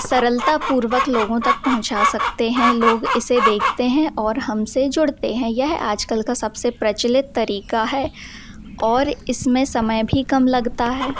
सरलतापूर्वक लोगों तक पहुँचा सकते हैं लोग इसे देखते हैं और हमसे जुड़ने हैं यह आजकल का सबसे प्रचलित तरीका है और इसमें समय भी कम लगता है